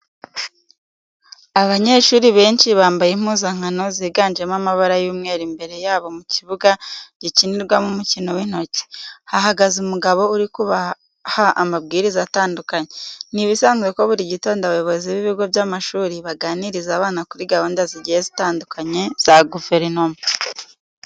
Abanyeshuri benshi bambaye impuzankano ziganjemo amabara y'umweru imbere yabo mu kibuga gikinirwamo umukino w'intoki, hahagaze umugabo uri kubaha amabwiriza atandukanye. Ni ibisanzwe ko buri gitondo abayobozi b'ibigo by'amashuri baganiriza abana kuri gahunda zigiye zitandukanye za guverinoma.